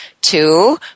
Two